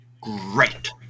great